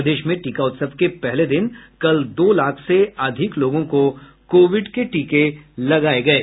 प्रदेश में टीका उत्सव के पहले दिन कल दो लाख से अधिक लोगों को कोविड के टीके लगाये गये